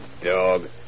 dog